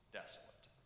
desolate